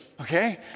okay